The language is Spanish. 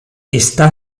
está